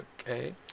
okay